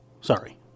Sorry